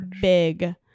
big